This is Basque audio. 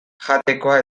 jatekoa